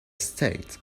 stayed